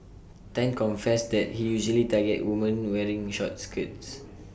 Tan confessed that he usually targets woman wearing short skirts